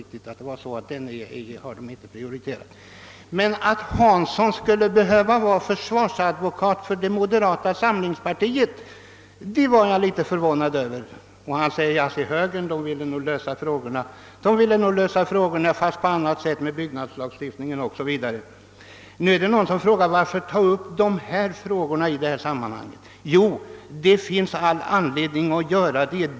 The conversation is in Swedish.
Men ett fel får man göra, och rättar man sedan till det blir allt bra. derata samlingspartiet blev jag litet förvånad över. Herr Hansson i Skegrie framhöll att högern nog ville lösa frågan om strandrätten fastän på annat sätt med hjälp av byggnadslagstiftningen 0. S. V. Nu kan man undra varför vi skall ta upp den saken i detta sammanhang. Jo, det finns all anledning att göra det.